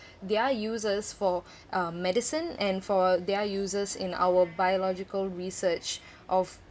their uses for um medicine and for their uses in our biological research of